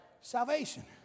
Salvation